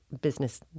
business